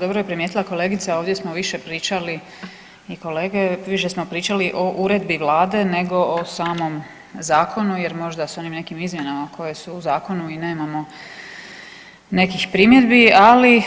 Dobro je primijetila kolegica ovdje smo više pričali i kolege više smo pričali o uredbi vlade nego o samom zakonu jer možda s onim nekim izmjenama koje su u zakonu i nemamo nekih primjedbi, ali